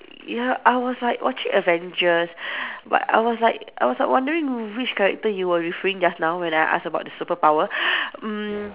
ya I was like watching Avengers but I was like I was like wondering which character you were referring just now when I ask about the superpower mm